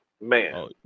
man